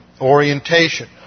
orientation